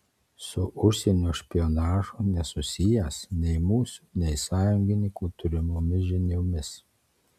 su užsienio špionažu nesusijęs nei mūsų nei sąjungininkų turimomis žiniomis